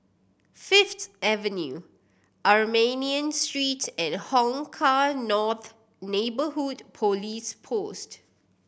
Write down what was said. Fifth Avenue Armenian Street and Hong Kah North Neighbourhood Police Post